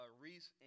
Reese